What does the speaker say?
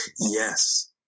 Yes